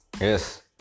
Yes